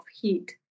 heat